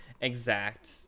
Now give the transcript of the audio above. exact